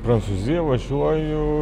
prancūziją važiuoju